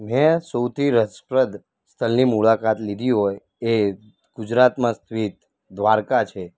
મેં સૌથી રસપ્રદ સ્થળની મુલાકાત લીધી હોય તે ગુજરાતમાં સ્થિત દ્વારકા છે